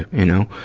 you know.